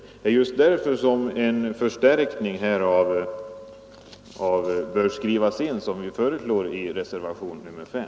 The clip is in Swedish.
Det är just därför en förstärkning bör skrivas in, vilket vi föreslår i reservationen 5.